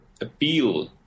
appeal